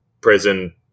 prison